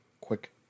quick